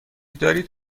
دارید